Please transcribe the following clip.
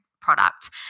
product